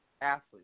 athletes